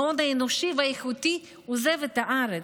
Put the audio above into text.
ההון האנושי והאיכותי עוזב את הארץ,